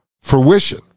fruition